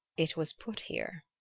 it was put here.